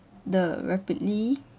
the rapidly